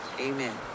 Amen